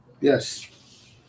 Yes